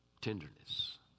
tenderness